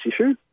issue